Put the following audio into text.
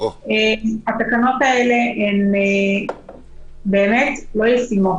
התקנות האלה הן באמת לא ישימות.